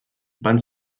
van